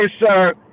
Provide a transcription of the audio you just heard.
sir